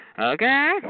Okay